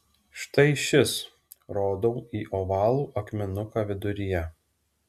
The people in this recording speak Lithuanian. štai šis rodau į ovalų akmenuką viduryje